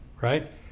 Right